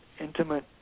intimate